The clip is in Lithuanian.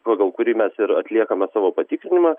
pagal kurį mes ir atliekame savo patikrinimą